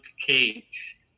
Cage